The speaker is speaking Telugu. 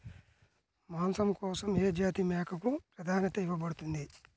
మాంసం కోసం ఏ జాతి మేకకు ప్రాధాన్యత ఇవ్వబడుతుంది?